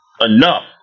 enough